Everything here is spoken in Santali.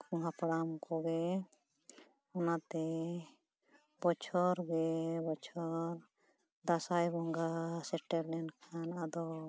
ᱩᱱᱠᱩ ᱦᱟᱯᱲᱟᱢ ᱠᱚᱜᱮ ᱚᱱᱟᱛᱮ ᱵᱚᱪᱷᱚᱨᱜᱮ ᱵᱚᱪᱷᱚᱨ ᱫᱟᱸᱥᱟᱭ ᱵᱚᱸᱜᱟ ᱥᱮᱴᱮᱨ ᱞᱮᱱᱠᱷᱟᱱ ᱟᱫᱚ